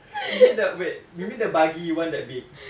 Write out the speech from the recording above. you mean the wait you mean the buggy you want that big